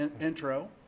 intro